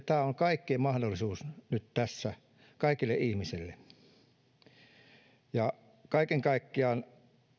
tämä on kaikkien mahdollisuus nyt tässä kaikille ihmisille kaiken kaikkiaan